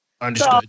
understood